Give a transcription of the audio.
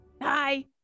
Hi